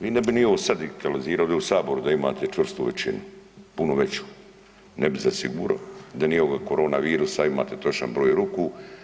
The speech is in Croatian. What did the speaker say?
Mi ne bi ni ovo sad digitalizirali u saboru da imate čvrstu većinu, puno veću, ne bi zasiguro da nije ovoga korona virusa a imate točan broj ruku.